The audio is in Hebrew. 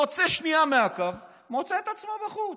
יוצא שנייה מהקו, הוא מוצא את עצמו בחוץ.